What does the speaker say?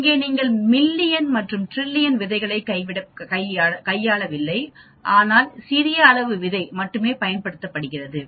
இங்கு நீங்கள் மில்லியன் மற்றும் டிரில்லியன் விதைகளை கைவிடவில்லை ஆனால் சிறிய அளவு விதை மட்டுமே பயன்படுத்தப்பட்டது